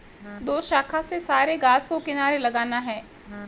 दोशाखा से सारे घास को किनारे लगाना है